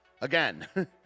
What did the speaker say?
Again